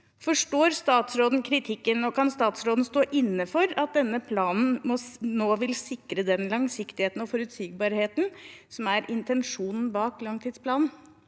Forstår statsråden kritikken, og kan statsråden stå inne for at denne planen nå vil sikre den langsiktigheten og forutsigbarheten som er intensjonen bak langtidsplanen?